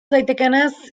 daitekeenez